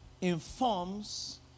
informs